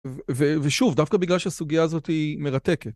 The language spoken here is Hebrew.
ושוב, דווקא בגלל שהסוגיה הזאת היא מרתקת.